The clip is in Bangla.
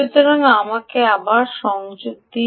সুতরাং আমাকে আবার সংযোগ দিন